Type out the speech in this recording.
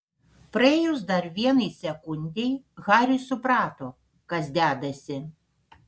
praėjus dar vienai sekundei haris suprato kas dedasi